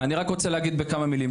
אני רוצה להגיד בכמה מילים.